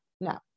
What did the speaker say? No